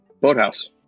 boathouse